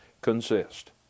consist